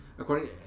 According